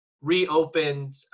reopened